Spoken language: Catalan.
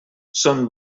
són